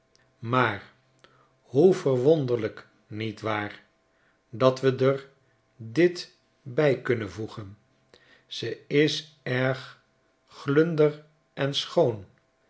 maar hoe verwonderlijk niet waar dat we r dit bij kunnen voegen ze is erg glunder en schoon